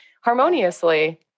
harmoniously